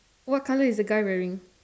what colour is the guy wearing